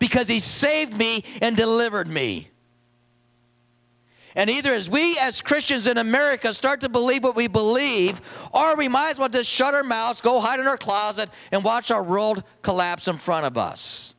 because he saved me and delivered me and either as we as christians in america start to believe what we believe are we might want to shut her mouth go hide in our closet and watch our rolled collapse in front of us